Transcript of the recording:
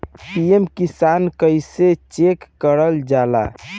PM Kisan कइसे check करल जाला?